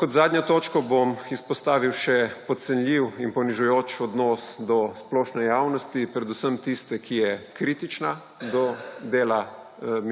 Kot zadnjo točko bom izpostavil še podcenjujoč in ponižujoč odnos do splošne javnosti, predvsem tiste, ki je kritična do dela